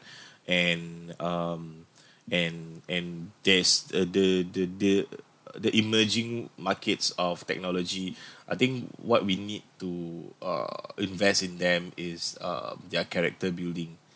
and um and and there's uh the the the the emerging markets of technology I think what we need to uh invest in them is um their character building